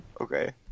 okay